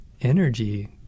energy